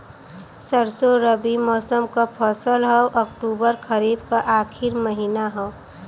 सरसो रबी मौसम क फसल हव अक्टूबर खरीफ क आखिर महीना हव